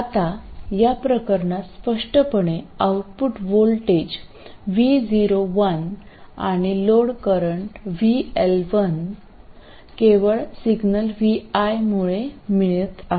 आता या प्रकरणात स्पष्टपणे आउटपुट व्होल्टेज vo1 आणि लोड करंट vL1 केवळ सिग्नल vi मुळे मिळत आहे